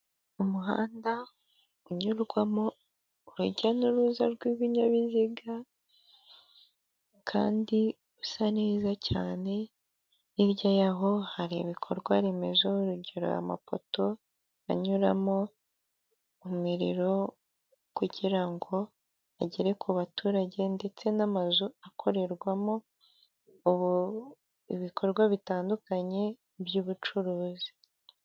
Umuhanda unyurwamo urujya n'uruza rw'ibinyabiziga, kandi usa neza cyane, hirya yaho hari ibikorwa remezo, urugero amapoto anyuramo umuriro kugira ngo agere ku baturage, ndetse n'amazu akorerwamo ubu ibikorwa bitandukanye by'ubucuruzi.